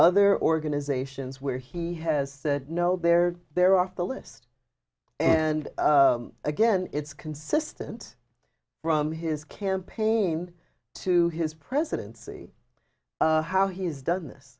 other organizations where he has said no there they're off the list and again it's consistent from his campaign to his presidency how he's done this